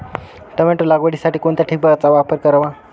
Tomato लागवडीसाठी कोणत्या ठिबकचा वापर करावा?